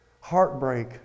heartbreak